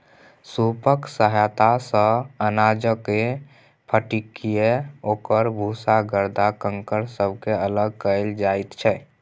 सूपक सहायता सँ अनाजकेँ फटकिकए ओकर भूसा गरदा कंकड़ सबके अलग कएल जाइत छै